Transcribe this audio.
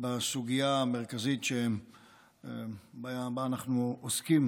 בסוגיה המרכזית שבה אנחנו עוסקים